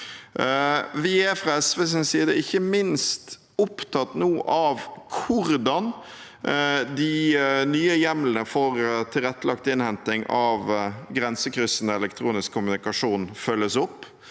Vi er fra SVs side ikke minst opptatt av hvordan de nye hjemlene for tilrettelagt innhenting av grensekryssende elektronisk kommunikasjon følges opp.